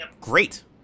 great